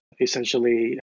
essentially